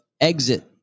exit